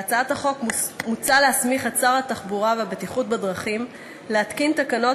בהצעת החוק מוצע להסמיך את שר התחבורה והבטיחות בדרכים להתקין תקנות